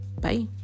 bye